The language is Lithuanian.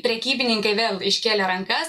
prekybininkai vėl iškėlė rankas